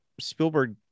spielberg